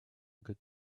good